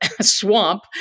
swamp